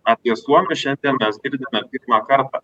apie suomius šiandien mes girdime pirmą kartą